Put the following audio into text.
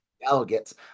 delegates